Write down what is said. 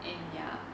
and ya